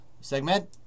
Segment